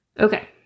Okay